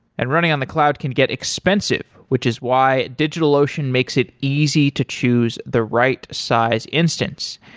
and running on the cloud can get expensive, which is why digitalocean makes it easy to choose the right size instance.